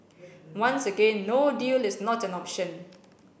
once again no deal is not an option